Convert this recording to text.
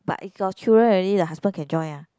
but if got children already the husband can join ah